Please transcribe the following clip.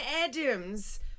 Adams